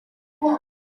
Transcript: camera